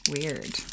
Weird